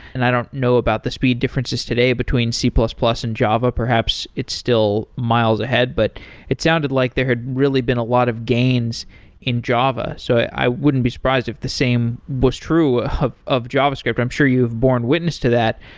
and i don't know about the speed differences today between c plus plus and java. perhaps, it's still miles ahead. but it sounded like there had really been a lot of gains in java. so i wouldn't be surprised if the same was true ah of of javascript. i'm sure you're born witness to that,